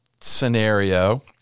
scenario